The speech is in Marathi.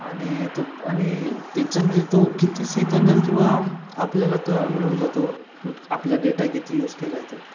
आणि तो आणि त्याच्यामध्ये तो किती सेकंदात किंवा आपल्याला क मिळून जातो पूर्ण आपला डेटा किती यूज केला आहे तो